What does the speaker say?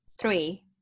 three